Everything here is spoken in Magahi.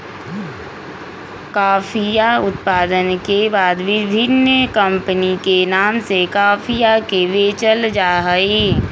कॉफीया उत्पादन के बाद विभिन्न कमपनी के नाम से कॉफीया के बेचल जाहई